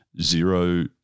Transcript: zero